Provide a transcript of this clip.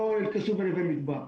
לא לאל קסום ולנווה מדבר.